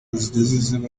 zigeze